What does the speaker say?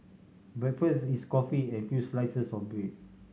breakfast is coffee and few slices of bread